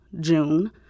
June